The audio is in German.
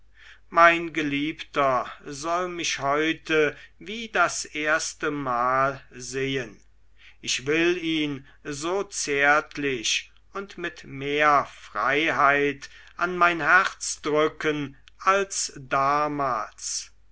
mein geliebter soll mich heute wie das erstemal sehen ich will ihn so zärtlich und mit mehr freiheit an mein herz drücken als damals